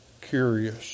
curious